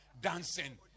Dancing